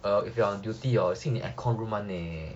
if you are on duty orh sit in aircon room [one] eh